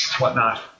whatnot